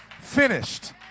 finished